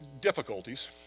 difficulties